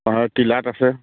অঁ টিলাত আছে